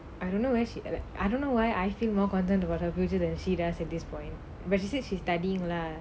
I don't know leh she like I don't know why I feel more concerned about her future than she does at this point but she said she studying lah